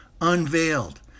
unveiled